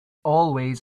always